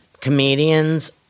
comedians